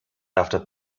after